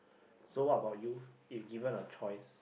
so what about you if given a choice